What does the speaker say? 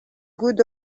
good